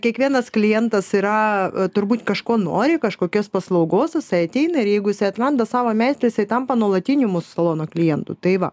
kiekvienas klientas yra turbūt kažko nori kažkokios paslaugos jisai ateina ir jeigu jisai atranda savo meistrą jisai tampa nuolatiniu mūsų salono klientu tai va